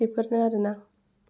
बेफोरनो आरो ना